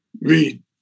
Read